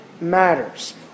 matters